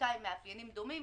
בעמותה עם מאפיינים דומים,